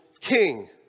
king